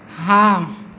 हँ